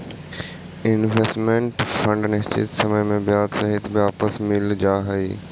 investment fund निश्चित समय में ब्याज सहित वापस मिल जा हई